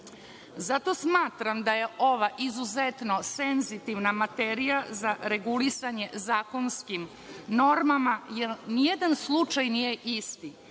smatram da je ova izuzetno senzitivna materija za regulisanje zakonskim normama, jer nijedan slučaj nije isti.